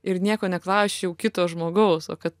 ir nieko neklausčiau kito žmogaus va kad